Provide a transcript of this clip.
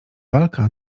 walka